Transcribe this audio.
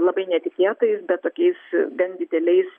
labai netikėtais bet tokiais gan dideliais